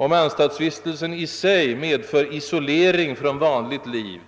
Om anstaltsvistelsen i sig medför isolering från vanligt liv,